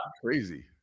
Crazy